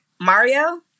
Mario